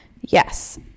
Yes